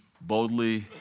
boldly